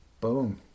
Boom